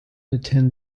attend